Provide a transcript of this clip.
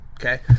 Okay